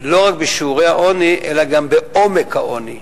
לא רק בשיעורי העוני אלא גם בעומק העוני.